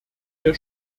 der